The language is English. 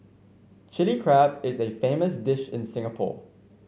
Chilli Crab is a famous dish in Singapore